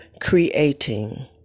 creating